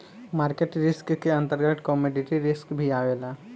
market risk के अंतर्गत commodity risk भी आवेला